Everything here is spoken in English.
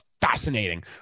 fascinating